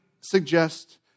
suggest